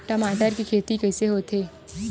टमाटर के खेती कइसे होथे?